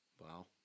Wow